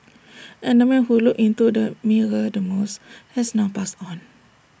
and the man who looked into the mirror the most has now passed on